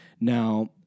Now